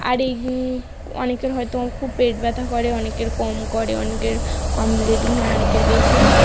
আর এই অনেকের হয়তো খুব পেট ব্যথা করে অনেকের কম করে অনেকের কম ব্লিডিং হয় অনেকের বেশি হয়